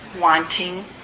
wanting